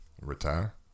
Retire